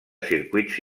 circuits